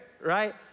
right